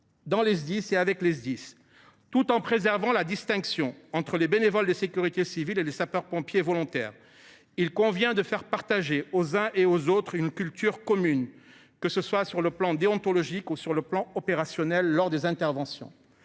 Sdis est tout aussi prégnant. Tout en préservant la distinction entre les bénévoles de sécurité civile et les sapeurs pompiers volontaires, il convient de faire partager aux uns et aux autres une culture commune, d’un point de vue tant déontologique qu’opérationnel, lors des interventions.